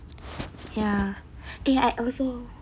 ya eh I also